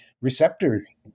receptors